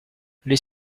les